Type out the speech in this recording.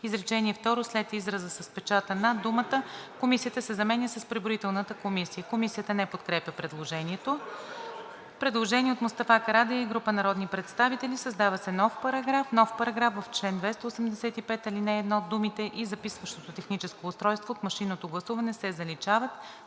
изречение второ, след израза „с печата на“ думата „комисията“ се заменя с „преброителната комисия“. Комисията не подкрепя предложението. Предложение от Мустафа Карадайъ и група народни представители: Създава се нов §…:„§... В чл. 285, ал. 1 думите „и записващото техническо устройство от машинното гласуване“ се заличават.